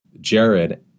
Jared